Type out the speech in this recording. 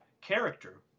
character